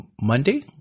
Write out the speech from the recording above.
Monday